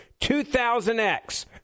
2000X